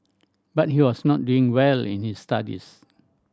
but he was not doing well in his studies